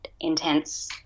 intense